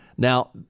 Now